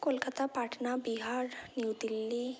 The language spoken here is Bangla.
কলকাতা পাটনা বিহার নিউ দিল্লি